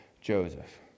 Joseph